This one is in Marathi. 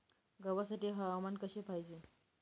गव्हासाठी हवामान कसे पाहिजे?